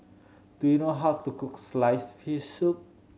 do you know how to cook sliced fish soup